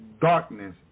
darkness